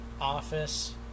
office